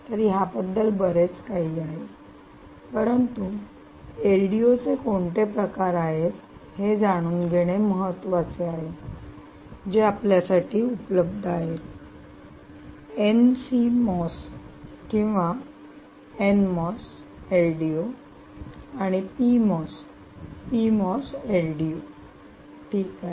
तर याबद्दल बरेच काही आहे परंतु एलडीओ चे कोणते प्रकार आहेत हे जाणून घेणे महत्वाचे आहे जे आपल्यासाठी उपलब्ध आहेत एनसी मॉस किंवा एन मॉस एलडीओ आणि P MOS P MOS LDO ठीक आहे